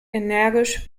energisch